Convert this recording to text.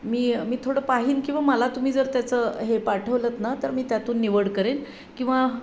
मी मी थोडं पाहीन किंवा मला तुम्ही जर त्याचं हे पाठवलंत ना तर मी त्यातून निवड करेन किंवा